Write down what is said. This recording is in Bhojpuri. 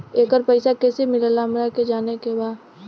येकर पैसा कैसे मिलेला हमरा के जाने के बा?